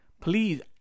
please